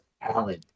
Alan